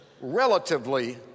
relatively